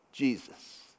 Jesus